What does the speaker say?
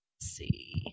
see